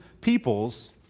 peoples